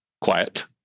quiet